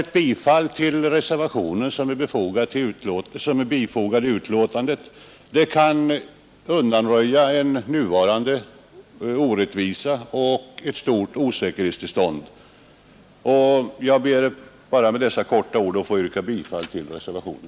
Ett bifall till reservationen, som är fogad till betänkandet, kan undanröja en nu rådande orättvisa och ett stort osäkerhetstillstånd. Jag ber att med detta få yrka bifall till reservationen.